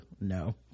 No